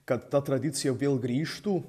kad ta tradicija vėl grįžtų